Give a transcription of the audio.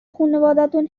خونوادتون